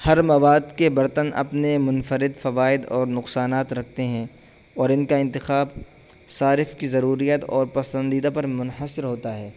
ہر مواد کے برتن اپنے منفرد فوائد اور نقصانات رکھتے ہیں اور ان کا انتخاب صارف کی ضروریات اور پسندیدہ پر منحصر ہوتا ہے